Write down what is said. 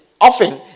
often